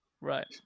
Right